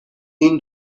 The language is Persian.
این